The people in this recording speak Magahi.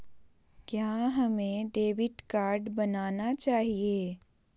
क्या हमें डेबिट कार्ड बनाना चाहिए?